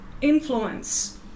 influence